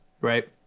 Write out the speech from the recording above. right